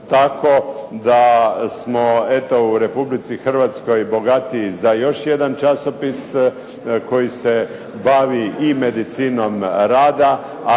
Tako da smo eto u Republici Hrvatskoj bogatiji za još jedan časopis koji se bavi i medicinom rad,